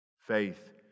Faith